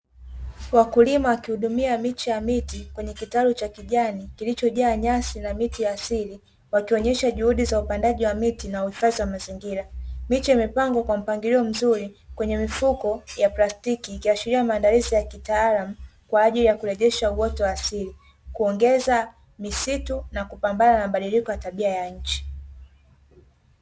Wakulima wakiudumia miche ya miti, kwenye kitaru cha kijani kilichojaa nyasi na miti asili, wakionyesha juhudi za upandaji wa miti na uhifadhi wa mazingira. Miche imepangwa kwa mpangilio mzuri kwenye mifuka ya plastiki, ikiashilia maandalizi ya kitaalamu kwaajili ya kurejesha uoto wa asili, kuongeza misitu, na kupambana na mabadiliko ya tabia ya nchi.